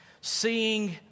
Seeing